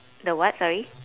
the what sorry